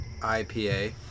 IPA